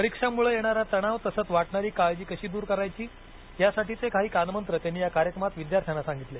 परीक्षांमुळे येणारा तणाव तसंच वाटणारी काळजी कशी दूर करायची यासाठीचे काही कानमंत्र त्यांनी या कार्यक्रमात विद्यार्थ्यांना सांगितले